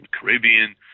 Caribbean